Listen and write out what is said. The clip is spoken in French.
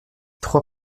trois